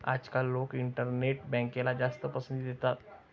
आजकाल लोक इंटरनेट बँकला जास्त पसंती देतात